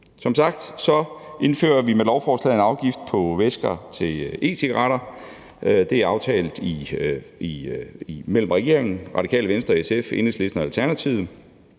Som sagt indfører vi med lovforslaget en afgift på væsker til e-cigaretter. Det er aftalt mellem regeringen, Radikale Venstre, SF, Enhedslisten og Alternativet,